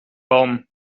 baum